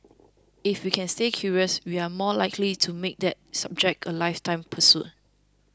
if we can stay curious we are more likely to make that subject a lifetime pursuit